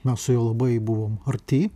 mes su juo labai buvom arti